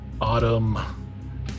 Autumn